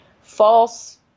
false